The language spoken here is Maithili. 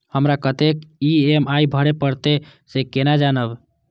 हमरा कतेक ई.एम.आई भरें परतें से केना जानब?